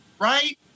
right